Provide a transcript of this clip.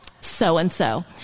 so-and-so